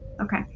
okay